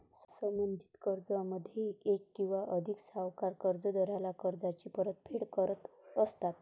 संबंधित कर्जामध्ये एक किंवा अधिक सावकार कर्जदाराला कर्जाची परतफेड करत असतात